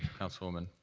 councilwoman.